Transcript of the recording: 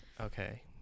okay